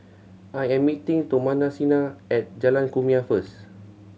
I am meeting Thomasina at Jalan Kumia first